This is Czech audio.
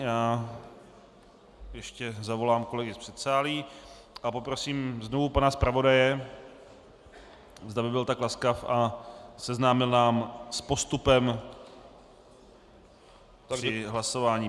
Já ještě zavolám kolegy z předsálí a poprosím znovu pana zpravodaje, zdali by byl tak laskav a seznámil nás s postupem při hlasování.